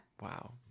Wow